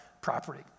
property